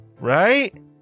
Right